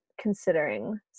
considering